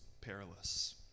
perilous